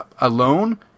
alone